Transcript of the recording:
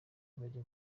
bajya